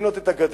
לבנות את הגדר,